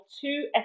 two